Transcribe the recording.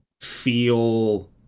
feel